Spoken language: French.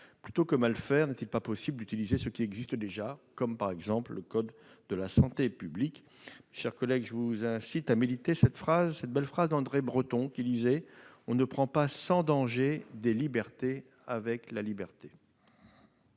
Plutôt que de mal faire, n'est-il pas possible d'utiliser ce qui existe déjà, comme le code de la santé publique ? Mes chers collègues, je vous incite à méditer sur cette belle phrase d'André Breton :« On ne prend pas sans danger des libertés avec la liberté.